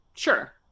Sure